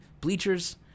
Bleachers